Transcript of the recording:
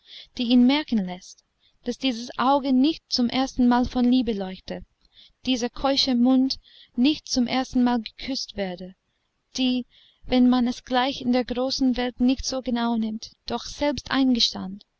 die ihn merken läßt daß dieses auge nicht zum erstenmal von liebe leuchte dieser keusche mund nicht zum erstenmal geküßt werde die wenn man es gleich in der großen welt nicht so genau nimmt doch selbst eingestand